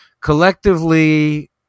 collectively